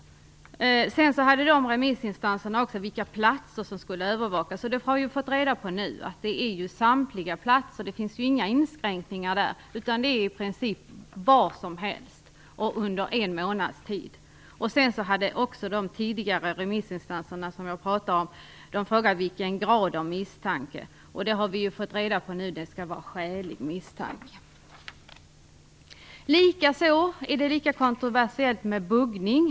Remissinstanserna frågade också vilka platser som skulle övervakas. Nu har vi fått reda på att det är samtliga platser. Det finns inga inskränkningar. Det kan vara i princip var som helst och under en månads tid. De tidigare remissinstanserna som jag pratade om frågade också vilken grad av misstanke som skulle föreligga. Vi har nu fått reda på att det skall vara skälig misstanke. Lika kontroversiellt är det med buggning.